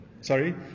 Sorry